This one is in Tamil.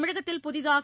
தமிழகத்தில் புதிதாக